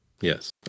Yes